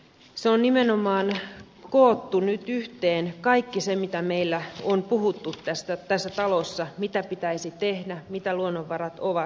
se on nimenomaan koonnut nyt yhteen kaiken sen mitä meillä on puhuttu tässä talossa siitä mitä pitäisi tehdä mitä luonnonvarat ovat